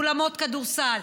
באולמות כדורסל,